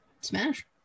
Smash